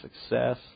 success